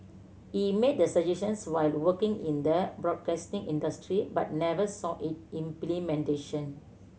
he made the suggestions while working in the broadcasting industry but never saw it implementation